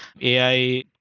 AI